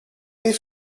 leave